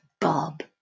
Bob